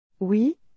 Oui